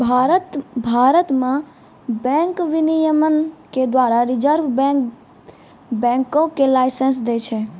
भारत मे बैंक विनियमन के द्वारा रिजर्व बैंक बैंको के लाइसेंस दै छै